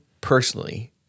personally